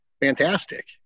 fantastic